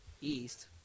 east